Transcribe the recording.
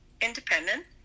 independent